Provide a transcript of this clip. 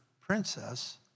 princess